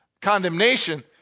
condemnation